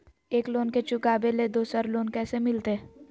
एक लोन के चुकाबे ले दोसर लोन कैसे मिलते?